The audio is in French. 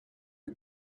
est